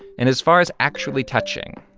and as far as actually touching,